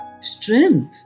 strength